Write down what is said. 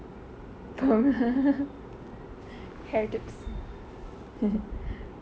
perm hair tips